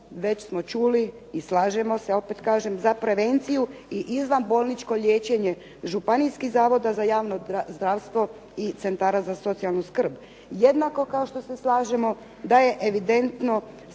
već smo čuli i slažemo se opet kažem za prevenciju i izvanbolničko liječenje županijskih zavoda za javno zdravstvo i centara za socijalnu skrb. Jednako kao što se slažemo da je evidentno